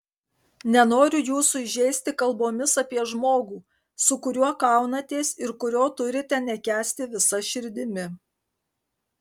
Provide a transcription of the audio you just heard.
nenoriu jūsų įžeisti kalbomis apie žmogų su kuriuo kaunatės ir kurio turite nekęsti visa širdimi